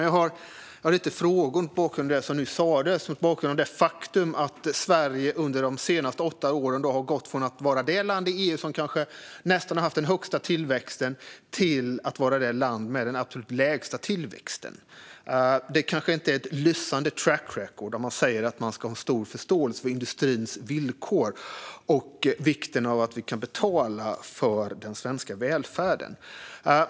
Jag har lite frågor mot bakgrund av det som nu sades och mot bakgrund av det faktum att Sverige under de senaste åtta åren har gått från att vara det land i EU som har haft nästan den högsta tillväxten till att vara det land som har den absolut lägsta tillväxten. Det kanske inte är ett lysande track record om man säger att man ska ha stor förståelse för industrins villkor och vikten av att vi kan betala för den svenska välfärden.